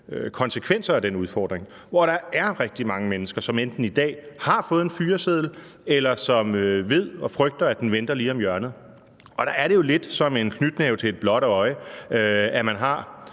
konsekvenser af den udfordring, at der er rigtig mange mennesker, som i dag enten har fået en fyreseddel eller ved og frygter, at den venter lige om hjørnet. Og der er det jo lidt som en knytnæve til et blåt øje, at man har